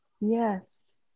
Yes